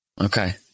Okay